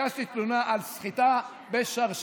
הגשתי תלונה על סחיטה בשרשרת,